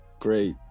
Great